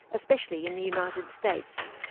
especially in the united states.